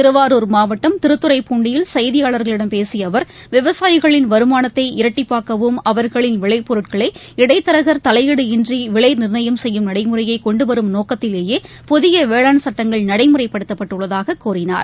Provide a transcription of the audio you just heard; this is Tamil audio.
திருவாரூர் மாவட்டம் திருத்துறைபூண்டியில் செய்தியாளர்களிடம் பேசிய அவர் விவசாயிகளின் வருமானத்தை இரட்டிப்பாக்கவும் அவர்களின் விளைப் பொருட்களை இடைதரகர் தலையீடு இன்றி விலை நீர்ணயம் செய்யும் நடைமுறைய கொண்டுவரும் நோக்கத்திலேயே புதிய வேளாண் சட்டங்கள் நடைமுறைப்படுத்தப்பட்டுள்ளதாக கூறினார்